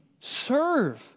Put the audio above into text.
Serve